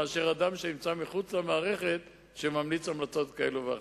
יותר טוב מאשר כשאדם שנמצא מחוץ למערכת ממליץ המלצות כאלה ואחרות.